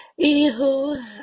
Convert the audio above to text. anywho